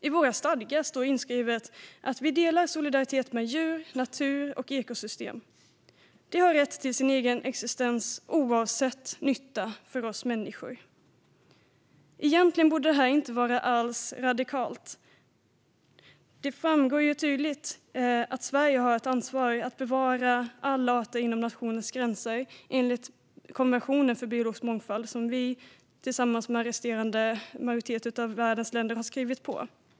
I våra stadgar står det inskrivet att vi delar solidaritet med djur, natur och ekosystem. De har rätt till sin egen existens oavsett nytta för oss människor. Egentligen borde detta inte alls vara radikalt. Det framgår nämligen tydligt att Sverige har ett ansvar att bevara alla arter inom nationens gränser enligt konventionen för biologisk mångfald som vi tillsammans med en majoritet av världens länder har skrivit under.